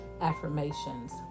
affirmations